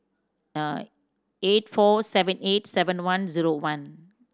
eight four seven eight seven one zero one